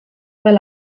fel